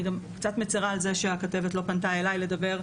אני גם קצת מצרה על זה שהכתבת לא פנתה אליי לדבר,